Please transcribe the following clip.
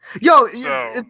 Yo